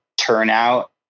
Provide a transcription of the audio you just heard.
turnout